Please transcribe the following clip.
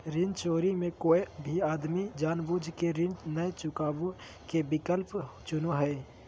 ऋण चोरी मे कोय भी आदमी जानबूझ केऋण नय चुकावे के विकल्प चुनो हय